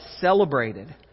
celebrated